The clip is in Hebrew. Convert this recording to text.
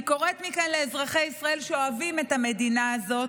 אני קוראת מכאן לאזרחי ישראל שאוהבים את המדינה הזו